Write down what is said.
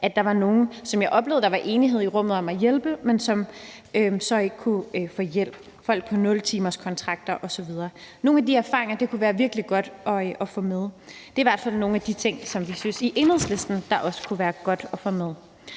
at der var nogle, som jeg oplevede der var enighed i rummet om at hjælpe, men som så ikke kunne få hjælp. Det gjaldt folk på 0-timerskontrakter osv. Det kunne være virkelig godt at få nogle af de erfaringer med. Det er i hvert fald nogle af de ting, som vi i Enhedslisten synes også kunne være godt at få med.